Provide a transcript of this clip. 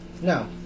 No